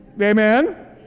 Amen